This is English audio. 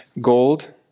Gold